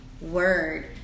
word